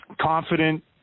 confident